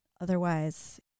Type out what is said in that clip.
Otherwise